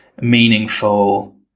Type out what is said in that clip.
meaningful